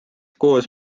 koos